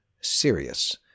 Serious